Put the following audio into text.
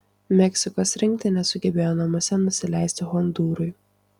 meksikos rinktinė sugebėjo namuose nusileisti hondūrui